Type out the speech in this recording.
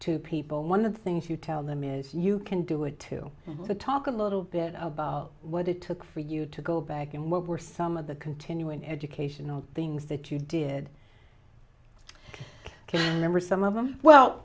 to people and one of the things you tell them is you can do it too the talk a little bit about what it took for you to go back and what were some of the continuing education or things that you did can remember some of them well